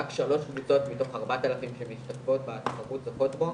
רק 3 קבוצות מתוך 4000 שמשתתפות בתחרות זוכות בו,